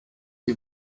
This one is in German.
wie